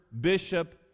bishop